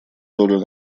долю